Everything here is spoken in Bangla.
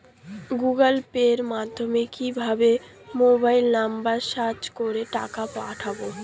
গুগোল পের মাধ্যমে কিভাবে মোবাইল নাম্বার সার্চ করে টাকা পাঠাবো?